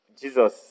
Jesus